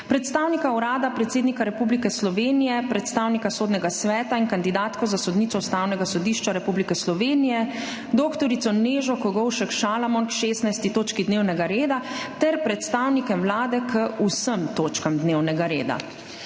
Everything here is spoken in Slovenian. predstavnika Urada predsednika Republike Slovenije, predstavnika Sodnega sveta in kandidatko za sodnico Ustavnega sodišča Republike Slovenije dr. Nežo Kogovšek Šalamon k 16. točki dnevnega reda ter predstavnike Vlade k vsem točkam dnevnega reda.